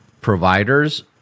providers